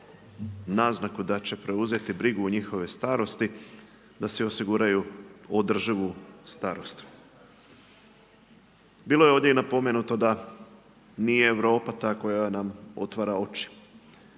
naznaku da će preuzeti brigu u njihovoj starosti da si osiguraju održivu starost. Bilo je ovdje i napomenuto da nije Europa ta koja nam otvara oči.